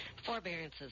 Forbearances